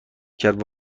کرد